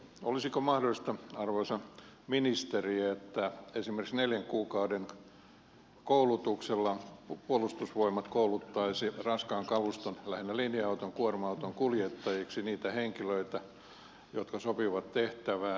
olisiko mahdollista arvoisa ministeri että esimerkiksi neljän kuukauden koulutuksella puolustusvoimat kouluttaisi raskaan kaluston lähinnä linja auton ja kuorma auton kuljettajiksi niitä henkilöitä jotka sopivat tehtävään